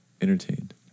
entertained